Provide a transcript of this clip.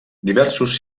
diversos